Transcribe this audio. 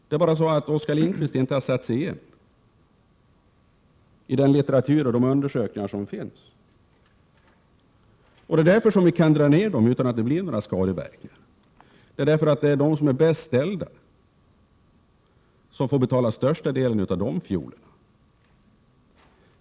Det är bara det att Oskar Lindkvist inte har satt sig in i den litteratur och de undersökningar som finns. Vi kan dra ned utan skadeverkningar, eftersom det är de bäst ställda som får betala den största delen av de pengarna.